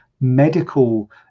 medical